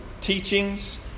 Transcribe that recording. teachings